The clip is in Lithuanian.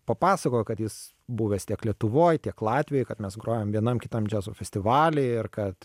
papasakojo kad jis buvęs tiek lietuvoj tiek latvijoj kad mes grojam vienam kitam džiazo festivaly ir kad